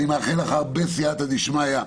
אני מאחל לך הרבה סיעתא דשמיא.